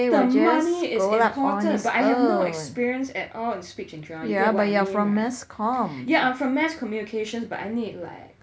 the money is important but I have no experience at all in speech and drama you get what I mean right yeah I'm from mass communications but I need like